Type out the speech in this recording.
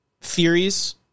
theories